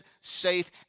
safe